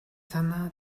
санаа